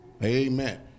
Amen